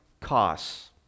costs